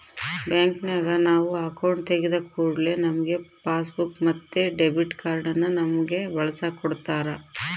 ಬ್ಯಾಂಕಿನಗ ನಾವು ಅಕೌಂಟು ತೆಗಿದ ಕೂಡ್ಲೆ ನಮ್ಗೆ ಪಾಸ್ಬುಕ್ ಮತ್ತೆ ಡೆಬಿಟ್ ಕಾರ್ಡನ್ನ ನಮ್ಮಗೆ ಬಳಸಕ ಕೊಡತ್ತಾರ